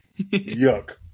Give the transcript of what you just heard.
Yuck